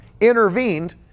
intervened